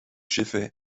schiffe